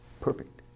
perfect